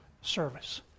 service